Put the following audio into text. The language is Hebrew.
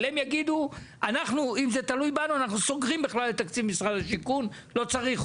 הוא לא יבנה